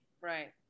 Right